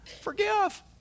forgive